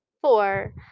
Four